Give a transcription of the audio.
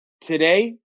today